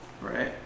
Right